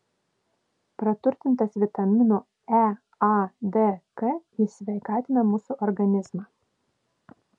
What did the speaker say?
praturtintas vitaminų e a d k jis sveikatina mūsų organizmą